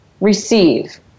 receive